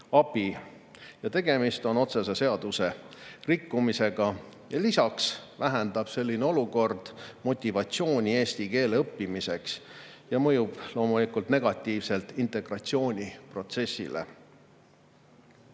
Tegemist on otsese seadusrikkumisega ja lisaks vähendab selline olukord motivatsiooni eesti keele õppimiseks ja mõjub loomulikult negatiivselt integratsiooniprotsessile.